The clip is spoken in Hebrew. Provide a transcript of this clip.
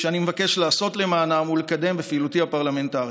שאני מבקש לעשות למענם ולקדם בפעילותי הפרלמנטרית.